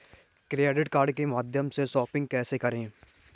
Credit card के माध्यम से शॉपिंग कैसे करें?